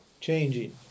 Changing